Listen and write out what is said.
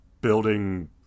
building